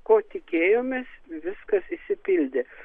ko tikėjomės viskas išsipildė